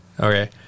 Okay